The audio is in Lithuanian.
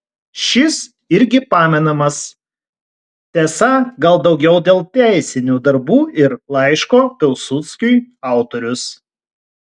šis irgi pamenamas tiesa gal daugiau dėl teisinių darbų ir laiško pilsudskiui autorius